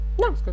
No